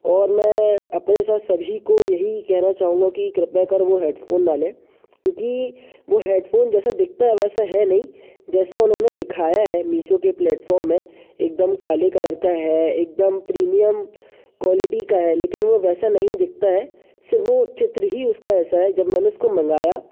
और मैं अपने साथ सभी को यही कहना चाहूँगा कि कृपया कर वो हेडफोन ना लें क्योंकि वो हेडफोन जैसा दिखता है वैसा है नहीं जैसा उन्होंने दिखाया है मीशों के प्लेटफॉर्म में एकदम काले कलर का है एकदम प्रीमियम क्वालिटी का है लेकिन वो वैसा नहीं दिखता है सिर्फ वो चित्र ही उसका ऐसा है जब मैंने उसको मंगाया